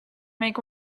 make